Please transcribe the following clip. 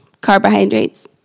Carbohydrates